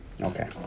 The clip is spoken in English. Okay